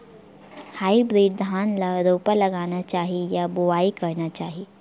Hybrid धान ल रोपा लगाना चाही या बोआई करना चाही?